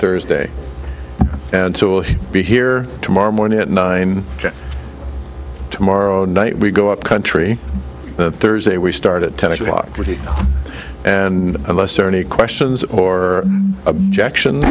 thursday and so we'll be here tomorrow morning at nine tomorrow night we go upcountry thursday we start at ten o'clock and unless there any questions or objection